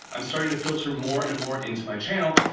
i'm starting to filter more and more into my channel,